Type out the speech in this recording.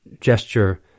gesture